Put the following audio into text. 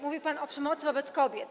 Mówił pan o przemocy wobec kobiet.